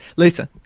lisa?